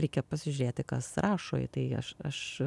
reikia pasižiūrėti kas rašo tai aš aš